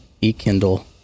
E-Kindle